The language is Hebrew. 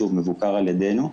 שוב: מבוקר על ידינו.